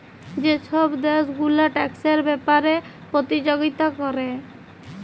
যে ছব দ্যাশ গুলা ট্যাক্সের ব্যাপারে পতিযগিতা ক্যরে